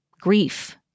Grief